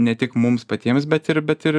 ne tik mums patiems bet ir bet ir